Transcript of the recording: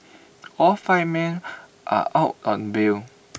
all five men are out on bail